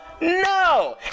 No